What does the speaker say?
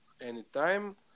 anytime